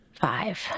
Five